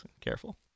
Careful